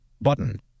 button